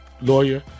lawyer